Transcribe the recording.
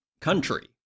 country